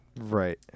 Right